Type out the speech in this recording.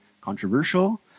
controversial